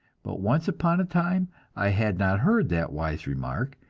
but once upon a time i had not heard that wise remark,